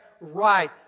right